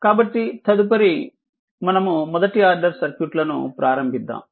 కాబట్టి తదుపరి మనము మొదటి ఆర్డర్ సర్క్యూట్ లను ప్రారంభిద్దాం